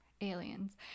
aliens